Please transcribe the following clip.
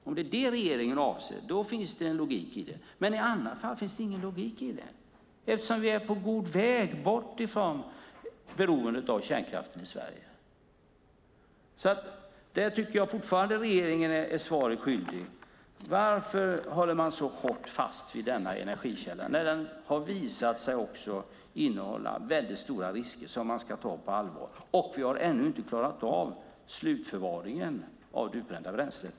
Om det är det regeringen avser finns det en logik i det, men i annat fall finns det ingen logik i det, eftersom vi är på god väg bort från beroendet av kärnkraften i Sverige. Jag tycker fortfarande att regeringen är svaret skyldig. Varför håller man så hårt fast vid denna energikälla, när den också har visat sig innehålla väldigt stora risker som man ska ta på allvar? Och vi har ännu inte klarat av slutförvaringen av det utbrända bränslet.